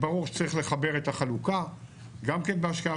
ברור שצריך לחבר את החלוקה גם כן בשקעה